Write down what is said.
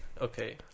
Okay